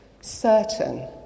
certain